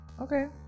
okay